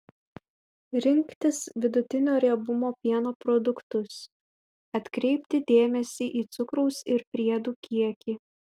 rinktis vidutinio riebumo pieno produktus atkreipti dėmesį į cukraus ir priedų kiekį